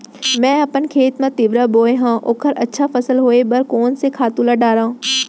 मैं अपन खेत मा तिंवरा बोये हव ओखर अच्छा फसल होये बर कोन से खातू ला डारव?